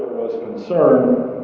was concern